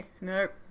Nope